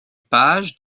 page